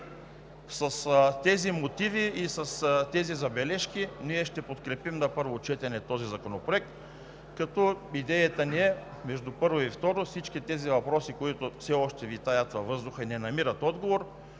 С тези мотиви и забележки ние ще подкрепим на първо четене този законопроект, като идеята ни е между първо и второ четене всички тези въпроси, които все още витаят във въздуха и не намират отговор,